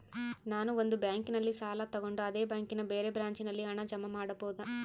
ನಾನು ಒಂದು ಬ್ಯಾಂಕಿನಲ್ಲಿ ಸಾಲ ತಗೊಂಡು ಅದೇ ಬ್ಯಾಂಕಿನ ಬೇರೆ ಬ್ರಾಂಚಿನಲ್ಲಿ ಹಣ ಜಮಾ ಮಾಡಬೋದ?